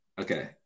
Okay